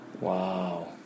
wow